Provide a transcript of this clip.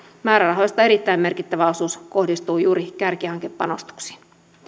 määrärahoista erittäin merkittävä osuus kohdistuu juuri kärkihankepanostuksiin